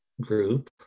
group